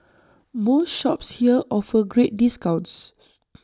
most shops here offer great discounts